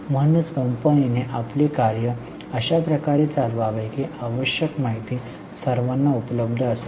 म्हणूनच कंपनीने आपले कार्य अशा प्रकारे चालवावे की आवश्यक माहिती सर्वांना उपलब्ध असेल